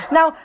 Now